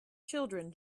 children